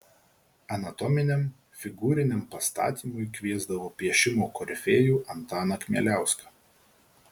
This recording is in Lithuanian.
anatominiam figūriniam pastatymui kviesdavo piešimo korifėjų antaną kmieliauską